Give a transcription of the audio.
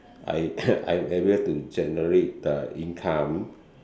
I I'm able to generate the income